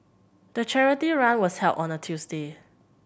the charity run was held on a Tuesday